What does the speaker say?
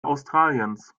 australiens